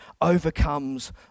overcomes